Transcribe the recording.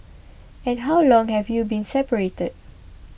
and how long have you been separated